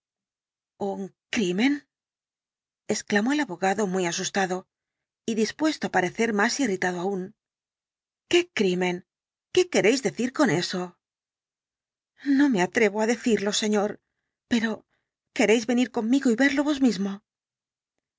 un crimen exclamó el abogado muy asustado y dispuesto á parecer más el dr jekyll irritado aún qué crimen qué queréis decir con eso no me atrevo á decirlo señor pero queréis venir conmigo y verlo vos mismo